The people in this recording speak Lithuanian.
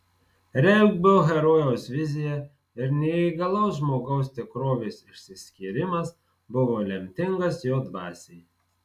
regbio herojaus vizija ir neįgalaus žmogaus tikrovės išsiskyrimas buvo lemtingas jo dvasiai